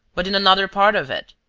but in another part of it,